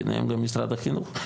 ביניהם גם משרד החינוך.